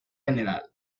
general